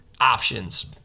options